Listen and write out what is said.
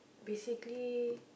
basically